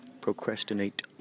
procrastinate